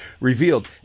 revealed